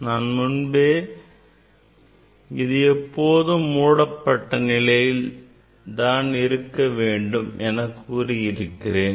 நான் முன்பே இது எப்போதும் மூடப்பட்ட நிலையில் இருக்கவேண்டும் என்று கூறியிருக்கிறேன்